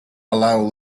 allow